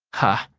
ha,